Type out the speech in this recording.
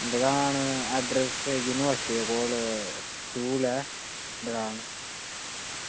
दुकान address university दे कोल सूल ऐ दुकान